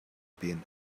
been